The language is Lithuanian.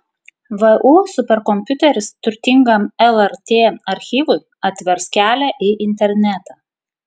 vu superkompiuteris turtingam lrt archyvui atvers kelią į internetą